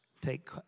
take